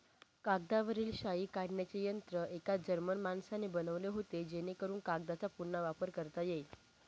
कागदावरील शाई काढण्याचे यंत्र एका जर्मन माणसाने बनवले होते जेणेकरून कागदचा पुन्हा वापर करता येईल